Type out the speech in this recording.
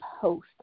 post